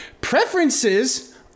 Preferences